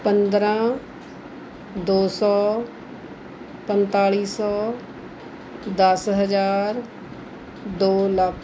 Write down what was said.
ਪੰਦਰਾਂ ਦੋ ਸੌ ਪੰਤਾਲੀ ਸੌ ਦਸ ਹਜ਼ਾਰ ਦੋ ਲੱਖ